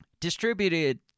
distributed